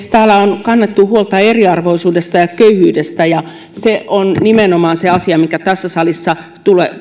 täällä on kannettu huolta eriarvoisuudesta ja köyhyydestä se on nimenomaan se asia mistä tässä salissa meidän pitääkin